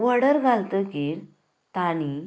order घालतकीर तांणी